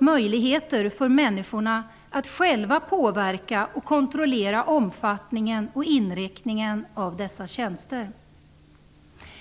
möjligheter för människorna att själva påverka och kontrollera omfattningen och inriktningen av dessa tjänster.